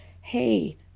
hey